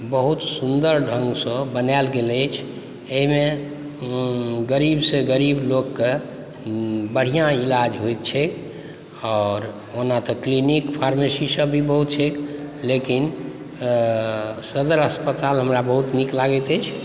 बहुत सुन्दर ढङ्गसँ बनाएल गेल अछि एहिमे गरीबसँए गरीब लोकके बढ़िआँ इलाज होइत छैक आओर ओना तऽ क्लिनिक फार्मेसी सब भी बहुत छैक लेकिन सदर अस्पताल हमरा बहुत नीक लागैत अछि